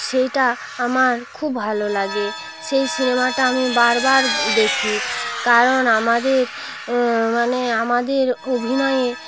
সেইটা আমার খুব ভালো লাগে সেই সিনেমাটা আমি বারবার দেখি কারণ আমাদের মানে আমাদের অভিনয়ে